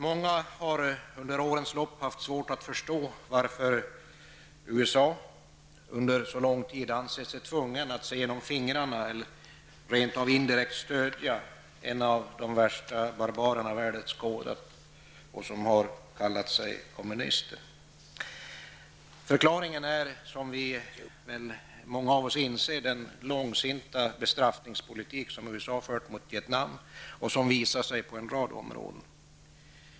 Många har under årens lopp haft svårt att förstå varför USA under så lång tid ansett sig tvunget att se mellan fingrarna eller rent av indirekt stödja en av de mest barbariska regimer världen skådat och som har kallat sig kommunistisk. Förklaringen är, som väl många av oss inser, den långsinta bestraffningspolitik som USA fört mot Vietnam och som visar sig på en rad områden.